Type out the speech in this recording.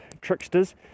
tricksters